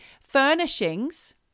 Furnishings